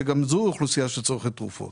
שגם זו אוכלוסייה שצורכת תרופות.